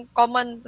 common